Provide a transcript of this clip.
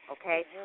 okay